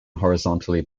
horizontally